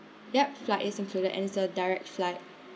yup flight is included and it's a direct flight